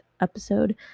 episode